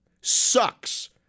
sucks